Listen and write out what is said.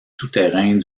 souterrains